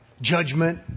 judgment